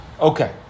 Okay